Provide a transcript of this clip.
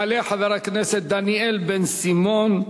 יעלה חבר הכנסת דניאל בן-סימון,